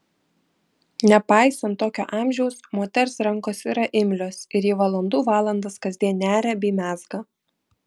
nepaisant tokio amžiaus moters rankos yra imlios ir ji valandų valandas kasdien neria bei mezga